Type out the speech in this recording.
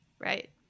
Right